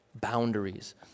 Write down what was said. boundaries